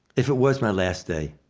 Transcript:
if it was my last day,